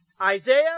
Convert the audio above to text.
Isaiah